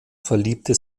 verliebte